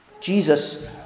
Jesus